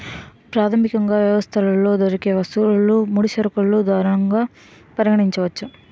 ప్రాథమికంగా వ్యవస్థలో దొరికే వస్తువులు ముడి సరుకులు ధనంగా పరిగణించవచ్చు